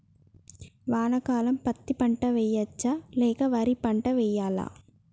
వానాకాలం పత్తి పంట వేయవచ్చ లేక వరి పంట వేయాలా?